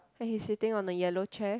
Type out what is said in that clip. then he sitting on the yellow chair